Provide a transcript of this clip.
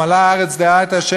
מלאה הארץ דעה את ה',